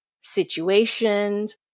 situations